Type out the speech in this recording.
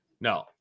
No